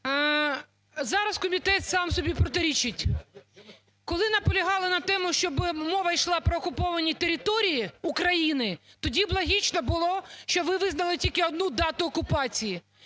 Зараз комітет сам собі протирічить. Коли наполягали на тому, щоби мова йшла про окуповані території України, тоді б логічно було би, щоби визнали тільки одну дату окупації.